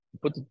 put